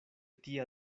tia